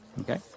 Okay